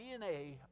DNA